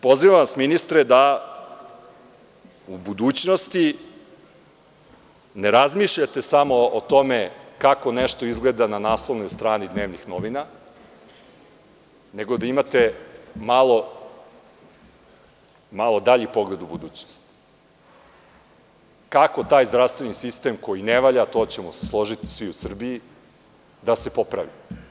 Pozivam vas, ministre, da u budućnosti ne razmišljate samo o tome kako nešto izgleda na naslovnoj strani dnevnih novina, nego da imate malo dalji pogled u budućnost kako taj zdravstveni sistem, koji ne valja, to ćemo se složiti svi u Srbiji, da se popravi.